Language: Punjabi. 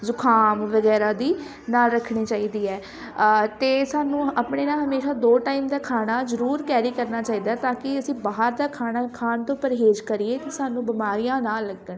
ਜੁਖਾਮ ਵਗੈਰਾ ਦੀ ਨਾਲ ਰੱਖਣੀ ਚਾਹੀਦੀ ਹੈ ਅਤੇ ਸਾਨੂੰ ਆਪਣੇ ਨਾਲ ਹਮੇਸ਼ਾ ਦੋ ਟਾਈਮ ਦਾ ਖਾਣਾ ਜ਼ਰੂਰ ਕੈਰੀ ਕਰਨਾ ਚਾਹੀਦਾ ਤਾਂ ਕਿ ਅਸੀਂ ਬਾਹਰ ਦਾ ਖਾਣਾ ਖਾਣ ਤੋਂ ਪਰਹੇਜ਼ ਕਰੀਏ ਅਤੇ ਸਾਨੂੰ ਬਿਮਾਰੀਆਂ ਨਾ ਲੱਗਣ